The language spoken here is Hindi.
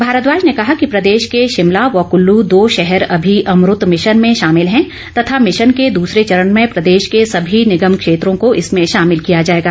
भारद्वाज ने कहा कि प्रदेश के शिमला व कुल्लू दो शहर अमी अम्रत मिशन में शामिल है तथा मिशन के दसरे चरण में प्रदेश के सभी निगम क्षेत्रों को इसमें शामिल किया जाएगा